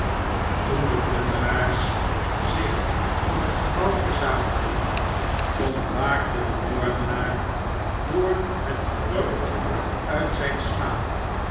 toen de plunderaars zich voor het gebouw verzamelden ontwaaktede moordenaar door het gerucht uit zijn slaap